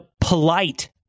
polite